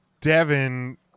Devin